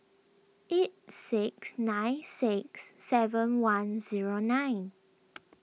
eight six nine six seven one zero nine